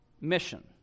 mission